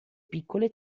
piccole